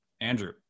Andrew